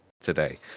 today